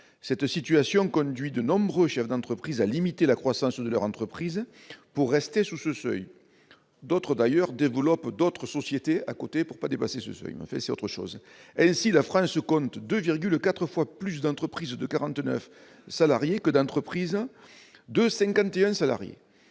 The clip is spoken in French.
cette situation conduit de nombreux chefs d'entreprise à limiter la croissance de leur entreprise pour rester sous ce seuil, d'autres d'ailleurs de boulot pour d'autres sociétés à côté pour pas dépasser ce seuil, en fait, c'est autre chose : ainsi, la France compte 2,4 fois plus d'entreprises de 49 salariés que d'entreprises 2 51 salariés